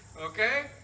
okay